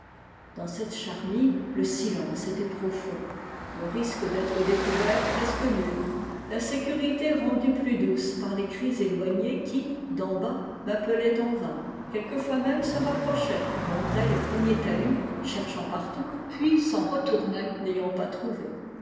dans cette charmille le silence était profond le risque d'être découvert presque nul la sécurité rendue plus douce par les cris éloignés qui d'en bas m'appelaient en vain quelquefois même se rapprochaient montaient les premiers talus cherchant partout puis s'en retournaient n'ayant pas trouvé